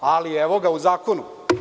Ali, evo ga, u zakonu.